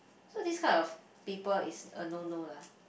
so this type of people is a no no lah